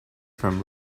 from